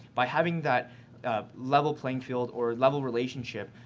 by having that level playing field or level relationship,